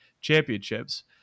championships